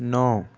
नौ